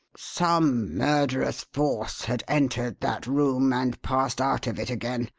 some murderous force had entered that room, and passed out of it again,